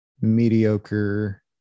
mediocre